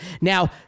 Now